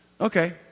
Okay